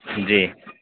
جی